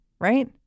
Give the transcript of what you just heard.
right